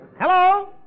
Hello